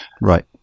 Right